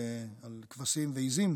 על כבשים ועיזים,